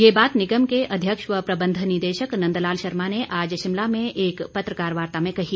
यह बात निगम के अध्यक्ष व प्रबंध निदेशक नंदलाल शर्मा ने आज शिमला में एक पत्रकार वार्ता में कही